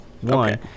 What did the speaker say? one